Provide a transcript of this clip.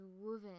woven